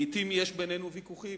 לעתים יש בינינו ויכוחים.